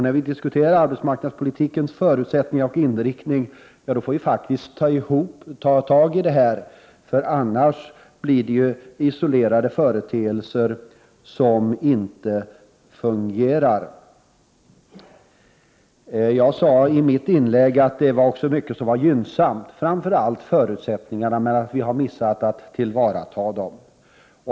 När vi diskuterar arbetsmarknadspolitikens förutsättningar och inriktning, då måste vi faktiskt ta med alltihop, annars blir de isolerade företeelser som inte fungerar. Jag sade i mitt inlägg att det fanns mycket som var gynnsamt, framför allt förutsättningarna, men att vi har missat att tillvarata dem.